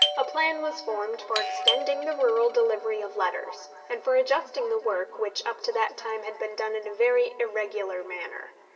a plan was formed for extending the rural delivery of letters, and for adjusting the work, which up to that time had been done in a very irregular manner.